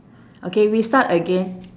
okay we start again